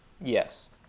Yes